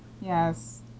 Yes